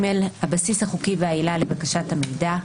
הבסיס החוקי והעילה לבקשת המידע,